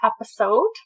episode